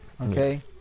okay